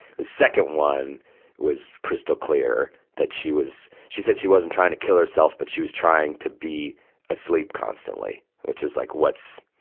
the second one was crystal clear that she was she said she wasn't trying to kill herself, but she was trying to be asleep constantly, which is, like, what's,